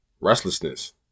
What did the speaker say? restlessness